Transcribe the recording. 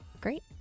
great